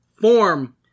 form